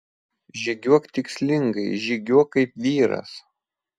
žygiuok tikslingai žygiuok kaip vyras